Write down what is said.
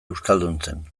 euskalduntzen